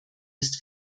ist